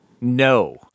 No